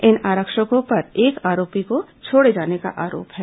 इन आरक्षकों पर एक आरोपी को छोड़े जाने का आरोप है